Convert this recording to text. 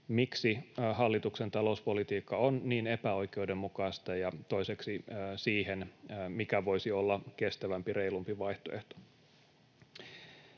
miksi hallituksen talouspolitiikka on niin epäoikeudenmukaista, ja toiseksi siihen, mikä voisi olla kestävämpi, reilumpi vaihtoehto.